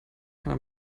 kann